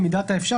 במידת האפשר,